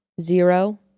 Zero